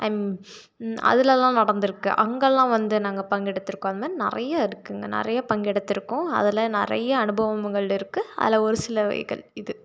அதுலெலாம் நடந்திருக்குள் அங்கெலாம் வந்து நாங்க பங்கெடுத்துருக்கோம் அது மாதிரி நிறையா இருக்குதுங்க நிறைய பங்கெடுத்துருக்கோம் அதில் நிறைய அனுபவங்கள் இருக்குது அதில் ஒரு சிலவைகள் இது